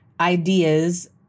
ideas